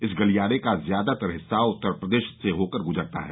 इस गलियारे का ज्यादातर हिस्सा उत्तर प्रदेश से होकर ग्जरता है